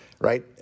right